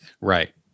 Right